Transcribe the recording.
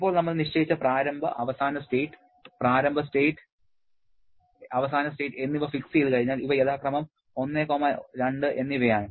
ഇപ്പോൾ നമ്മൾ നിശ്ചയിച്ച പ്രാരംഭ അവസാന സ്റ്റേറ്റ് പ്രാരംഭ സ്റ്റേറ്റ് അവസാന സ്റ്റേറ്റ് എന്നിവ ഫിക്സ് ചെയ്തുകഴിഞ്ഞാൽ ഇവ യഥാക്രമം 1 2 എന്നിവയാണ്